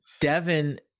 Devin